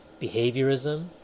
behaviorism